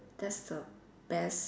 that's the best